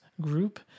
group